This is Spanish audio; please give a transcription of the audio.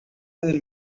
del